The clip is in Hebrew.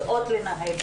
יודעות לנהל,